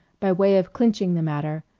by way of clinching the matter,